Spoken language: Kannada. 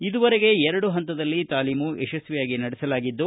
ಇದುವರೆಗೂ ಎರಡು ಪಂತದಲ್ಲಿ ತಾಲೀಮು ಯಶಸ್ವಿಯಾಗಿ ನಡೆಸಲಾಗಿದ್ದು